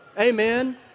Amen